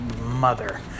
mother